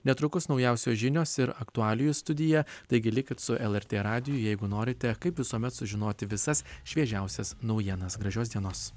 netrukus naujausios žinios ir aktualijų studija taigi likit su lrt radiju jeigu norite kaip visuomet sužinoti visas šviežiausias naujienas gražios dienos